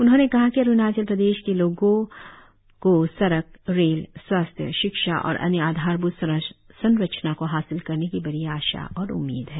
उन्होंने कहा कि अरुणाचल प्रदेश के लोगों की सड़क रेल स्वास्थ्य शिक्षा और अन्य आधारभूत संरचना को हासिल करने की बड़ी आशा और उम्मीद है